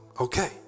okay